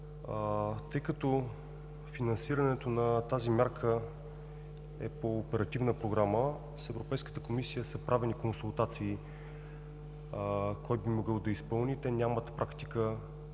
Тъй като финансирането на тази мярка е по оперативна програма, с Европейската комисия са правени консултации кой би могъл да изпълни. Те нямат практика